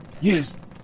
Yes